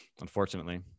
unfortunately